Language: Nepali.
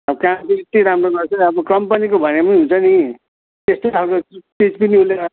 अब काम पनि यति राम्रो गर्छ अब कम्पनीको भने हुन्छ नि त्यस्तै खाले